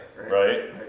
Right